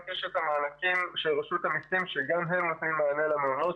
יש את המענקים של רשות המיסים שגם הם נותנים מענה למעונות,